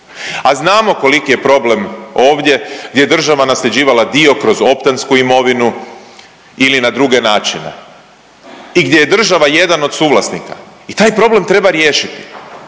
a znamo koliki je problem ovdje gdje je država nasljeđivala dio kroz optansku imovinu ili na druge načine i gdje je država jedan od suvlasnika i taj problem treba riješiti.